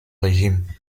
régime